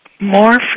More